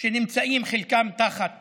שנמצאים חלקם תחת